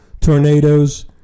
tornadoes